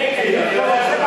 מיקי,